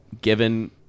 given